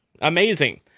Amazing